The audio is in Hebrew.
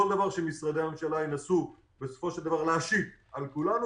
דבר שמשרדי הממשלה ינסו בסופו של דבר להשית על כולנו,